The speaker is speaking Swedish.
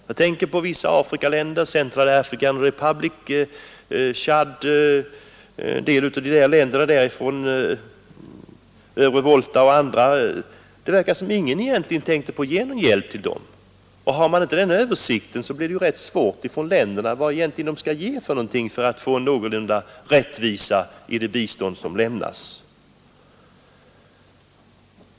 Jag tänker på vissa Afrikaländer såsom Central African Republic, Tschad, Övre Volta och en del andra. Det verkar som om ingen egentligen tänkte på att ge någon hjälp till dem. Har man inte denna översikt, blir det svårt för de olika givarländerna att veta vad de bör ge för att få till stånd någorlunda rättvisa i det bistånd som lämnas.